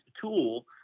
tool